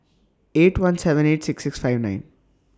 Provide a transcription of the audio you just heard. eight one seven eight six six five nine